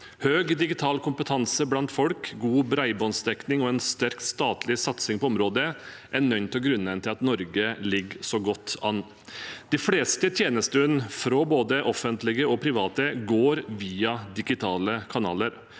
Høy digital kompetanse blant folk, god bredbåndsdekning og en sterk statlig satsing på området er noen av grunnene til at Norge ligger så godt an. De fleste tjenestene fra både offentlige og private går via digitale kanaler.